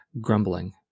Grumbling